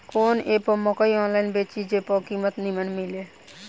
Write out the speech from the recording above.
कवन एप पर मकई आनलाइन बेची जे पर कीमत नीमन मिले?